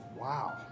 Wow